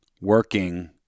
working